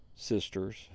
Sisters